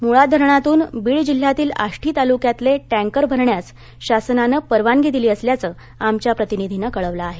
मुळा धरणातून बीड जिल्ह्यातील आष्टी तालुक्यातले टँकर भरण्यास शासनाने परवानगी दिली असल्याचं आमच्या प्रतिनिधीनं कळवलं आहे